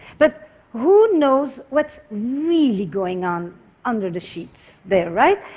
but who knows what's really going on under the sheets there, right?